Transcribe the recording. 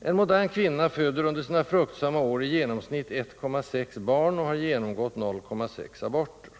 En modern svensk kvinna föder under sina fruktsamma år i genomsnitt 1,6 barn och har genomgått 0,6 aborter.